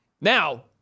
Now